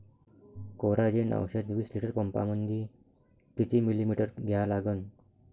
Coragen औषध विस litre पंपामंदी किती मिलीमिटर घ्या लागन?